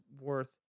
worth